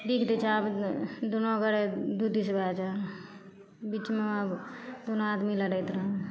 big दिशा दुनो अगर दू दिस भऽ जाए बीचमे आब दुनू आदमी लड़ैत रहए